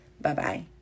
Bye-bye